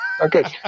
Okay